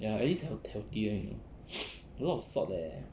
ya at least have healthy then you know a lot of salt eh